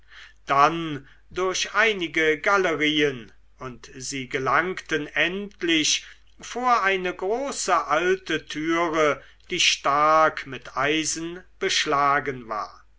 dann durch einige galerien und sie gelangten endlich vor eine große alte türe die stark mit eisen beschlagen war